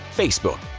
facebook.